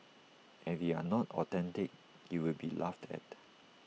and if you are not authentic you will be laughed at